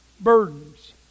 burdens